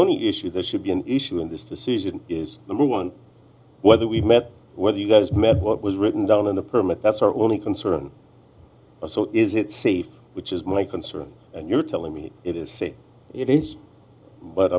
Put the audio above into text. only issue that should be an issue in this decision is the wrong one whether we met whether you guys met what was written down in the permit that's our only concern is it safe which is my concern and you're telling me it is it is but